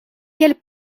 quelle